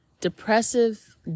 depressive